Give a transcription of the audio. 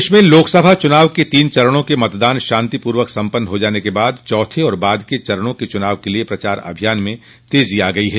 प्रदेश में लोकसभा चुनाव के तीन चरणों के मतदान शांतिपूर्वक सम्पन्न हो जाने के बाद चौथे तथा बाद के चरणों के चुनाव के लिये प्रचार अभियान में तेजी आ गई है